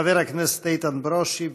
חבר הכנסת איתן ברושי,